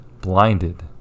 blinded